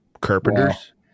carpenters